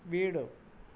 வீடு